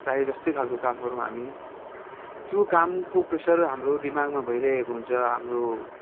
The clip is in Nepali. चाहे जस्तो खालको काम गरौँ हामी त्यो कामको प्रेसर हाम्रो दिमागमा भइरहेको हुन्छ हाम्रो